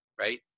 right